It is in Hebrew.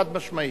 חד-משמעית.